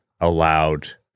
allowed